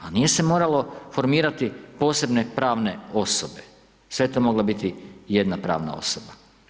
A nije se moralo formirati posebne pravne osobe, sve je to mogla biti jedna pravna osoba.